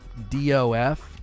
dof